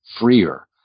freer